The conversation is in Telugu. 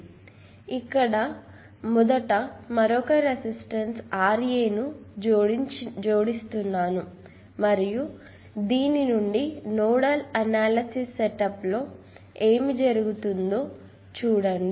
కాబట్టి ఇక్కడ మొదట మరొక రెసిస్టన్స్ Ra ను జోడిస్తున్నాను మరియు దీన్ని నుండి నోడల్ అనాలసిస్ సెటప్లో ఏమి జరుగుతుందో చూడండి